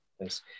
Yes